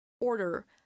order